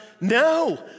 No